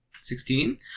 Sixteen